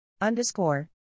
Underscore